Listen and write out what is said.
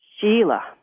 Sheila